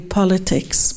politics